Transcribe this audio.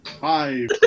Five